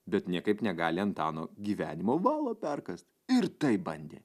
bet niekaip negali antano gyvenimo valo perkąst ir taip bandė